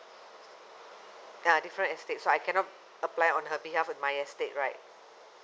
ah different estate so I cannot apply on her behalf of my estate right